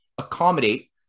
accommodate